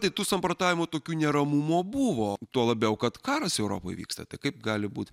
tai tų samprotavimų tokių neramumo buvo tuo labiau kad karas europoje vyksta tai kaip gali būti